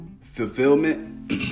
fulfillment